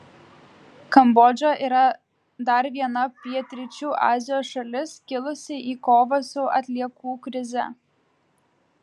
kambodža yra dar viena pietryčių azijos šalis kilusi į kovą su atliekų krize